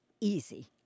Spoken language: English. easy